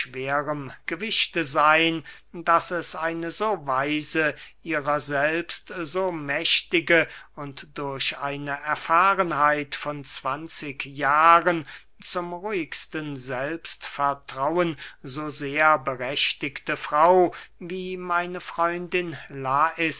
schwerem gewichte seyn daß es eine so weise ihrer selbst so mächtige und durch eine erfahrenheit von zwanzig jahren zum ruhigsten selbstvertrauen so sehr berechtigte frau wie meine freundin